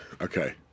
Okay